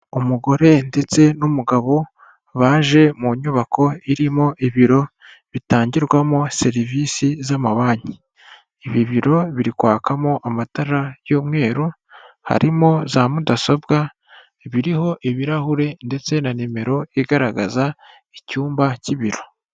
Umugore ndetse n'umugabo baje mu nyubako irimo ibiro bitangirwamo serivisi z'ama banki. ,Ibi biro biri kwakamo amatara y'umweru, harimo za mudasobwa, biriho ibirahuri ndetse na nimero igaragaza icyumba cy'ibiro.